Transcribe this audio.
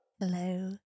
Hello